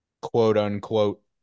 quote-unquote